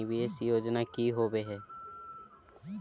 निवेस योजना की होवे है?